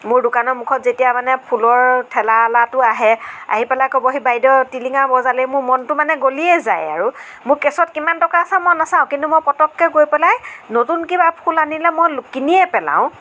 মোৰ দোকানৰ মূখত যেতিয়া মানে ফুলৰ ঠেলাৱালাটো আহে আহি পেলাই ক'বহি বাইদেউ টিলিঙা বজালেই মোৰ মনটো মানে গলিয়েই যায় আৰু মোৰ কেছত কিমান টকা আছে মই নাচাও কিন্তু মই পতককৈ গৈ পেলাই নতুন কিবা ফুল আনিলে মই কিনিয়েই পেলাওঁ